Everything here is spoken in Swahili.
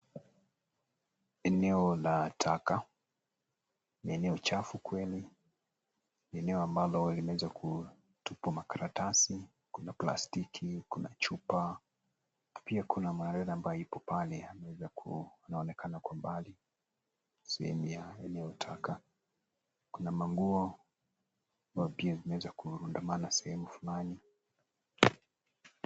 Eneo la taka lenye uchafu kweli . Eneo ambalo limeweza kutupwa makaratasi . Kuna plastiki , kuna chupa, pia kuna marena ambaye yuko pale anaweza ku ,anaonekana kwa mbali sehemu ya hio taka kuna manguo ambayo pia yameweza kurundamana sehemu fulani